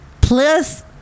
plus